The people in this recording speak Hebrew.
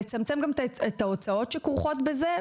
לצמצם את ההוצאות שכרוכות בזה,